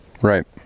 Right